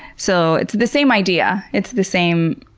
so it's the same idea. it's the same